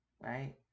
right